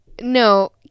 no